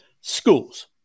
Schools